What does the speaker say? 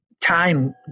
time